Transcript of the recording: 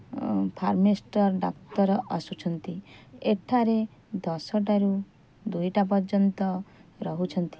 ଓ pharmacist ଡାକ୍ତର ଆସୁଛନ୍ତି ଏଠାରେ ଦଶଟାରୁ ଦୁଇଟା ପର୍ଯ୍ୟନ୍ତ ରହୁଛନ୍ତି